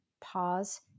pause